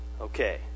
Okay